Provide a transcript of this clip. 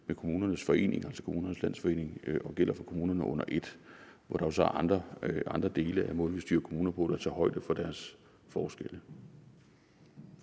med Kommunernes Landsforening og gælder for kommunerne under et, hvor der så er andre dele af måden, vi styrer kommuner på, der tager højde for deres forskelle.